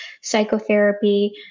psychotherapy